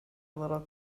little